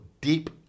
deep